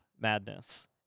madness